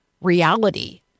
reality